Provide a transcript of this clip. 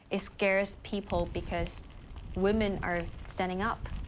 ah scares people because women are standing up.